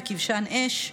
בכבשן אש,